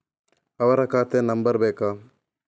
ಅವರ ಖಾತೆ ನಂಬರ್ ಬೇಕಾ?